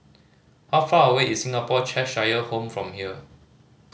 how far away is Singapore Cheshire Home from here